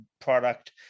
product